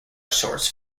source